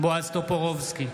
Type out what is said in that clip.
בועז טופורובסקי,